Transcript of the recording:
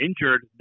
injured